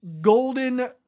Golden